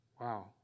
Wow